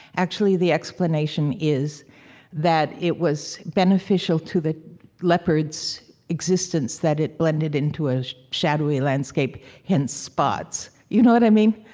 actually, the explanation is that it was beneficial to the leopards' existence that it blended into a shadowy landscape hence, spots. you know what i mean?